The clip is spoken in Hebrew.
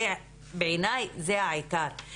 בעיניי זה העיקר,